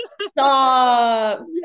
Stop